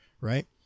right